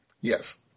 Yes